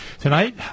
tonight